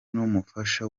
n’umufasha